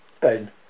Ben